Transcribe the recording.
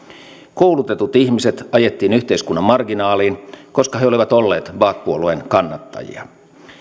koulutetut ihmiset ajettiin yhteiskunnan marginaaliin koska he olivat olleet baath puolueen kannattajia